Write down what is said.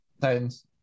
Titans